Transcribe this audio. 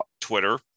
twitter